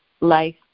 life